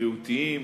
בריאותיים,